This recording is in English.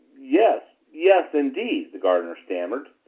yes yes, indeed, the gardener stammered.